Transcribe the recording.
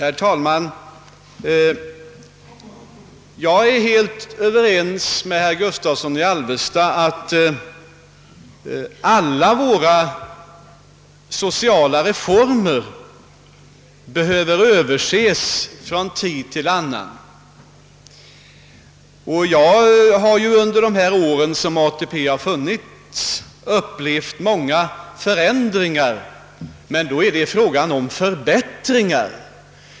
Herr talman! Jag är helt överens med herr Gustavsson i Alvesta om att alla våra sociala reformer behöver överses från tid till tid och jag har under de år ATP funnits upplevt många förändringar — men då har det gällt förbättringar.